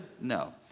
no